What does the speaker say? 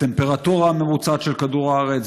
הטמפרטורה הממוצעת של כדור הארץ,